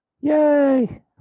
Yay